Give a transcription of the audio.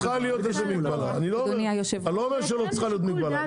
אני לא אומר שלא צריכה להיות מגבלה.